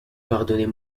pardonnez